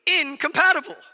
incompatible